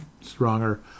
stronger